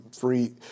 free